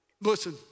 Listen